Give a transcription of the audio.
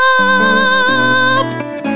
up